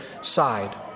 side